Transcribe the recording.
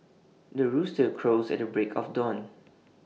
the rooster crows at the break of dawn